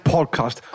Podcast